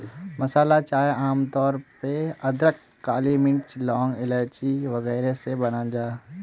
मसाला चाय आम तौर पे अदरक, काली मिर्च, लौंग, इलाइची वगैरह से बनाल जाहा